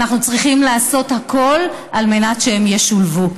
הדברים האלה יצאו לדרך ואנחנו צריכים לעשות הכול על מנת שהם ישולבו.